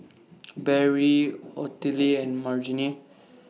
Barry Ottilie and Margene